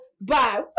bye